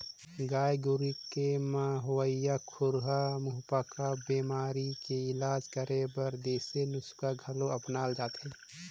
गाय गोरु के म होवइया खुरहा मुहंपका बेमारी के इलाज करे बर देसी नुक्सा घलो अपनाल जाथे